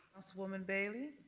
councilwoman bailey.